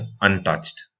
untouched